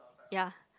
ya